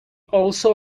also